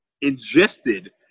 ingested